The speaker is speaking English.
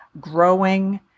growing